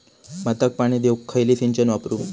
भाताक पाणी देऊक खयली सिंचन वापरू?